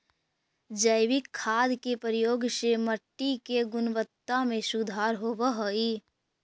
जैविक खाद के प्रयोग से मट्टी के गुणवत्ता में सुधार होवऽ हई